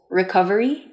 recovery